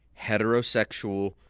heterosexual